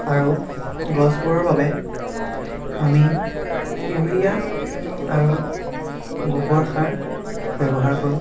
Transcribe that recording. আৰু গছবোৰৰ বাবে আমি ইউৰিয়া আৰু গোবৰ সাৰ ব্য়ৱহাৰ কৰোঁ